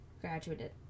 graduated